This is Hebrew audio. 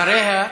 אחריה,